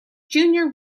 junior